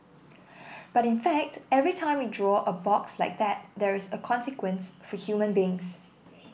but in fact every time we draw a box like that there is a consequence for human beings